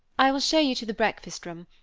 i will show you to the breakfast room,